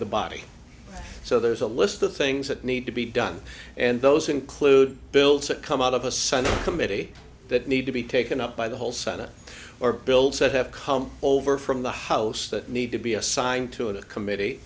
the body so there's a list of things that need to be done and those include bill to come out of a senate committee that need to be taken up by the whole senate or bill said have come over from the house that need to be assigned to a committee